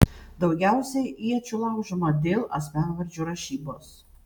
daugiausiai iečių laužoma dėl asmenvardžių rašybos